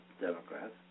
Democrats